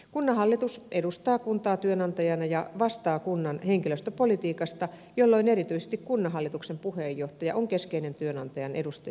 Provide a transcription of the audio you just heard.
kunnanhallitus edustaa kuntaa työnantajana ja vastaa kunnan henkilöstöpolitiikasta jolloin erityisesti kunnanhallituksen puheenjohtaja on keskeinen työnantajan edustaja kunnassa